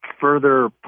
further